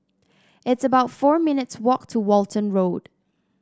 it's about four minutes' walk to Walton Road